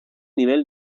nivel